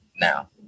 now